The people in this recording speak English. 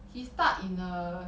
he starred in a